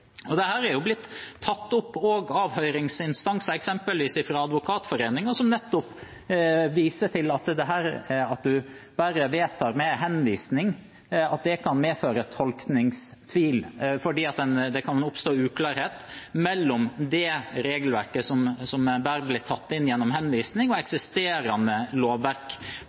blitt tatt opp av høringsinstanser, eksempelvis fra Advokatforeningen, som viser til at det at en bare vedtar med henvisning, kan medføre tolkningstvil, fordi det kan oppstå uklarhet mellom det regelverket som bare er blitt tatt inn gjennom henvisning og eksisterende lovverk